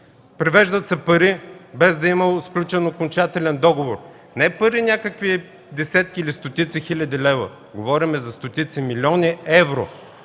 Превеждат се пари без да е имало сключен окончателен договор. Не пари някакви – десетки или стотици хиляди лева. Говорим за стотици милиони евро.